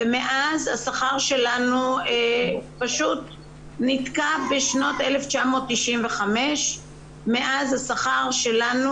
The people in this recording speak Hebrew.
ומאז השכר שלנו פשוט נתקע בשנת 1995. מאז השכר שלנו